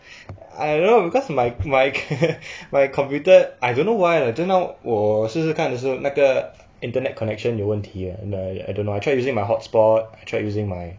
ah no because my my my computer I don't know why lah just now 我试试看的时候那个 internet connection 有问题 ah no I I don't know I tried using my hotspot tried using my